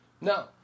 No